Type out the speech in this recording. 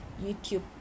YouTube